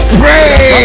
pray